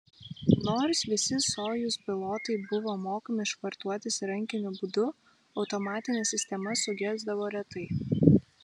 nors visi sojuz pilotai buvo mokomi švartuotis rankiniu būdu automatinė sistema sugesdavo retai